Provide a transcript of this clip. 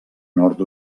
nord